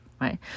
right